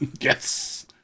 Yes